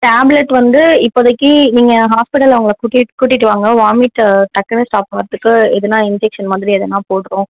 tablet வந்து இப்போதைக்கி நீங்கள் ஹாஸ்பிட்டல் அவங்கள கூட்டிட் கூட்டிட்டு வாங்க வாமிட்டு டக்குன்னு ஸ்டாப் ஆகுறத்துக்கு எதனால் இன்ஜெக்ஷன் மாதிரி எதனால் போடுறோம்